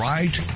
Right